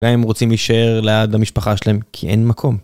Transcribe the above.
אולי הם רוצים להישאר ליד המשפחה שלהם, כי אין מקום.